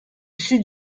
sud